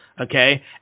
okay